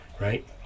right